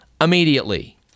Immediately